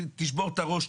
תשבור את הראש,